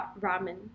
ramen